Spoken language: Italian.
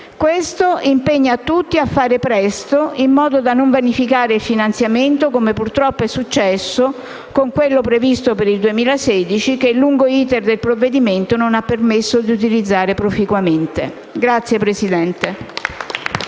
Questo impegna tutti a fare presto, in modo da non vanificare il finanziamento, come purtroppo è successo con quello previsto per il 2016, che il lungo *iter* del provvedimento non ha permesso di utilizzare proficuamente. *(Applausi